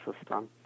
system